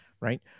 right